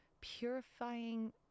purifying